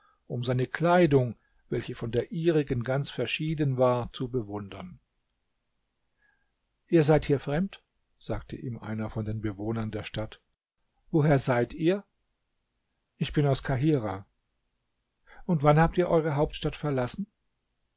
um seine kleidung welche von der ihrigen ganz verschieden war zu bewundern ihr seid hier fremd sagte ihm einer von den bewohnern der stadt woher seid ihr ich bin aus kahirah und wann habt ihr eure hauptstadt verlassen